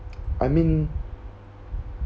I mean